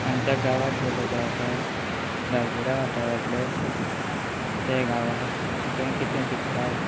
आम गांवांत जे लोक रावतात गांवगिऱ्या वाठारांतले ते गांवांत जे कितें पिकता